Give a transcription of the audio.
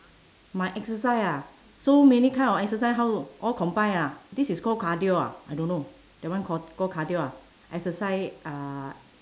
my exercise ah so many kind of exercise how all combine ah this is call cardio ah I don't know that one called called cardio ah exercise uh